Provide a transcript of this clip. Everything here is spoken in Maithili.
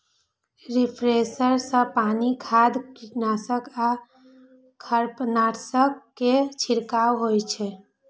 स्प्रेयर सं पानि, खाद, कीटनाशक आ खरपतवारनाशक के छिड़काव होइ छै